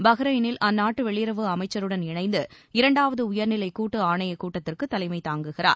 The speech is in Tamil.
பஹ்ரைனில் அந்த நாட்டு வெளியுறவு அமைச்சருடன் இணைந்து இரண்டாவது உயா்நிலை கூட்டு ஆணையக் கூட்டத்திற்கு தலைமைத் தாங்குகிறார்